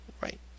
Right